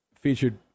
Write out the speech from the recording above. featured